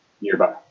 Nearby